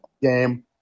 game